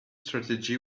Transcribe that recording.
strategy